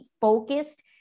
focused